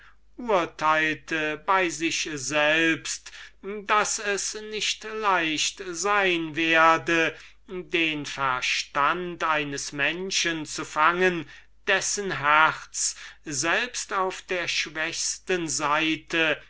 urteilte bei sich selbst daß es nicht leicht sein werde den verstand eines menschen zu fangen dessen herz selbst auf der schwächsten seite